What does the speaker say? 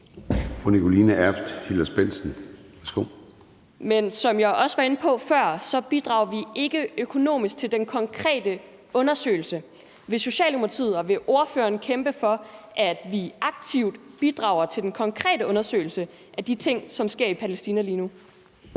Men som jeg var også var inde på før, bidrager vi ikke økonomisk til den konkrete undersøgelse. Vil Socialdemokratiet og ordføreren kæmpe for, at vi aktivt bidrager til den konkrete undersøgelse af de ting, som sker i Palæstina lige nu?